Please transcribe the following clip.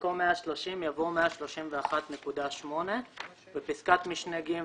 ובמקום "130%" בא "131.8%"; בפסקת משנה (ג),